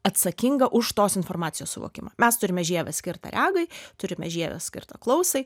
atsakinga už tos informacijos suvokimą mes turime žievę skirtą regai turime žievę skirtą klausai